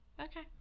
okay